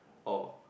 or